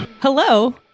Hello